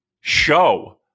show